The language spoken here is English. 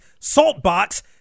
Saltbox